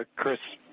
ah chris,